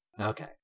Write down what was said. Okay